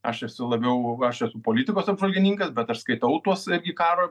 aš esu labiau aš esu politikos apžvalgininkas bet aš skaitau tuos irgi karo